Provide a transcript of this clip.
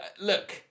look